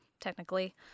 technically